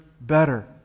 better